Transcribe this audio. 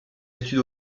études